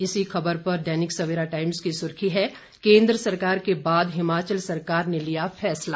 इसी खबर पर दैनिक सेवरा टाइम्स की सुर्खी है केंद्र सरकार के बाद हिमाचल सरकार ने लिया फैसला